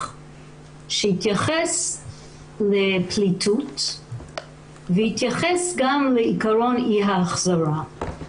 שהתייחס לפליטות והתייחס גם לעיקרון אי ההחזרה.